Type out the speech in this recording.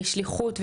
בשליחות,